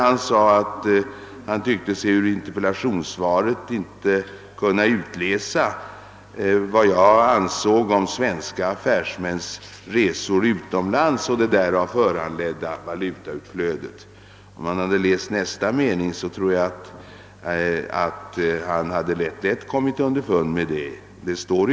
Han sade att han tyckte sig ur interpellationssvaret inte kunna utläsa vad jag ansåg om svenska affärsmäns resor utomlands och det därav föranledda valutautflödet. Om herr Holmberg hade läst en mening till, hade han lätt kommit underfund med vad jag anser.